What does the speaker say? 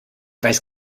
weiß